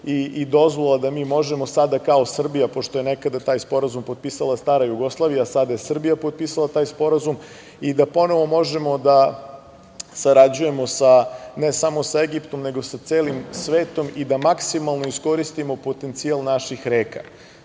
i dozvola da mi možemo sada kao Srbija, pošto je nekada taj sporazum potpisala stara Jugoslavija, sada je Srbija potpisala taj sporazum i da ponovo možemo da sarađujemo ne samo sa Egiptom, nego sa celim svetom i da maksimalno iskoristimo potencijal naših reka. Zato